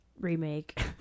remake